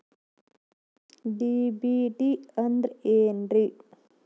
DBT ಅಂದ್ರ ಏನ್ರಿ?